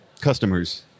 customers